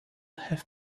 had